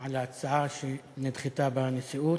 על ההצעה שנדחתה בנשיאות,